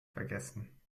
vergessen